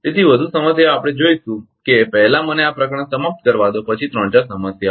તેથી વધુ સમસ્યાઓ આપણે જોઈશું કે પહેલા મને આ પ્રકરણ સમાપ્ત કરવા દો પછી 3 4 સમસ્યાઓ